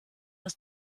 aus